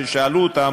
ששאלו אותם,